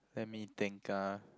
let me think ah